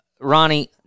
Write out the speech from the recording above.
Ronnie